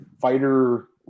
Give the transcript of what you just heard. fighter